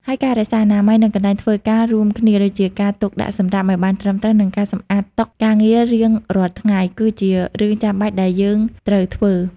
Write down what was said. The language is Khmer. ហើយការរក្សាអនាម័យនៅកន្លែងធ្វើការរួមគ្នា ដូចជាការទុកដាក់សំរាមឲ្យបានត្រឹមត្រូវ និងការសម្អាតតុការងាររៀងរាល់ថ្ងៃ គឺជារឿងចាំបាច់ដែលយើងត្រូវធ្វើ។